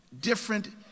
different